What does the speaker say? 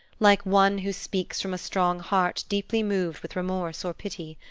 like one who speaks from a strong heart deeply moved with remorse or pity,